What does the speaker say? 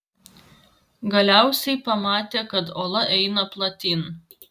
galiausiai pamatė kad ola eina platyn